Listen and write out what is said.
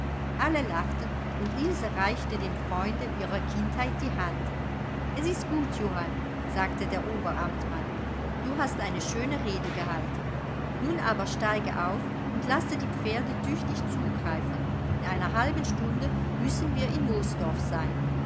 alle lachten und ilse reichte dem freunde ihrer kindheit die hand es ist gut johann sagte der oberamtmann du hast eine schöne rede gehalten nun aber steige auf und lasse die pferde tüchtig zugreifen in einer halben stunde müssen wir in moosdorf sein